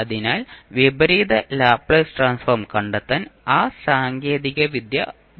അതിനാൽ വിപരീത Laplace transform കണ്ടെത്താൻ ആ സാങ്കേതികവിദ്യ പ്രയോഗിക്കും